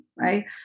right